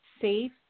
safe